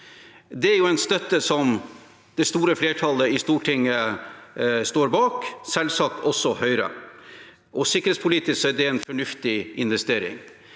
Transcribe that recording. Det er jo en støtte som det store flertallet i Stortinget står bak, selvsagt også Høyre. Sikkerhetspolitisk er det en fornuftig investering,